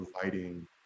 providing